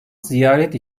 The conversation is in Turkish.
ziyaret